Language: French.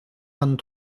vingt